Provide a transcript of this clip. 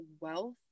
wealth